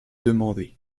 demandée